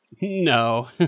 no